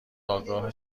آگاه